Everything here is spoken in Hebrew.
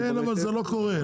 כן, אבל זה לא קורה.